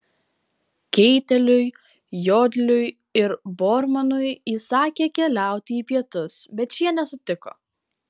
keiteliui jodliui ir bormanui įsakė keliauti į pietus bet šie nesutiko